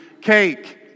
cake